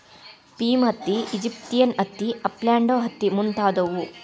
Pima ಹತ್ತಿ, Egyptian ಹತ್ತಿ, upland ಹತ್ತಿ ಮುಂತಾದವು